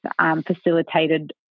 facilitated